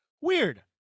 weird